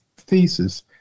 thesis